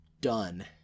done